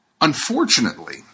Unfortunately